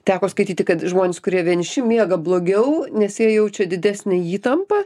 teko skaityti kad žmonės kurie vieniši miega blogiau nes jie jaučia didesnę įtampą